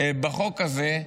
בחוק הזה,